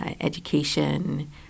education